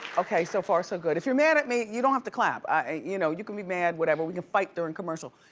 okay, so far so good, if you're mad at me, you don't have to clap. you know, you can be mad, whatever. we can fight during commercial.